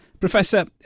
Professor